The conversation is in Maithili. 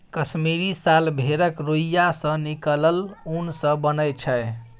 कश्मीरी साल भेड़क रोइयाँ सँ निकलल उन सँ बनय छै